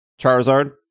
Charizard